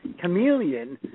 chameleon